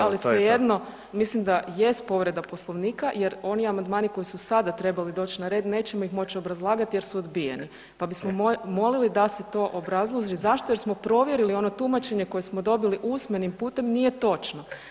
Ali svejedno, mislim da jest povreda Poslovnika jer oni amandmani koji su sada trebali doći na red, nećemo ih moći obrazlagati jer su odbijeni pa bismo molili da se to obrazloži zašto jer smo provjerili, ono tumačenje koje smo dobili usmenim putem nije točno.